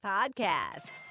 Podcast